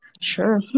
Sure